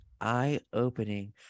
eye-opening